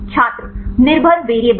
छात्र निर्भर वेरिएबल